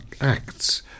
acts